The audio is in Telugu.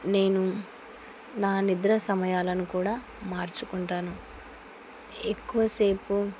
నేను నా నిద్ర సమయాలను కూడా మార్చుకుంటాను ఎక్కువసేపు